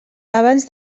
abans